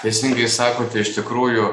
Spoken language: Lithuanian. teisingai sakote iš tikrųjų